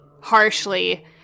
harshly